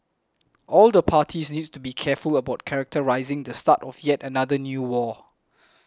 all the parties need to be careful about characterising the start of yet another new war